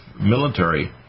military